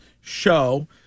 show